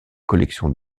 collections